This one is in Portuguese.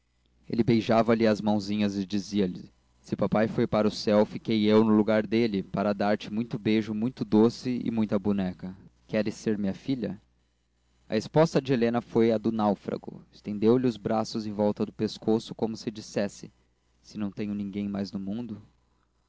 chorava ele beijava-lhe as mãozinhas e dizia-lhe se papai foi para o céu fiquei eu no lugar dele para dar-te muito beijo muito doce e muita boneca queres ser minha filha a resposta de helena foi a do náufrago estendeu-lhe os braços em volta do pescoço como se dissesse se não tenho ninguém mais no mundo